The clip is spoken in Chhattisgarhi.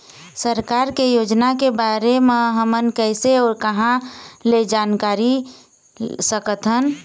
सरकार के योजना के बारे म हमन कैसे अऊ कहां ल जानकारी सकथन?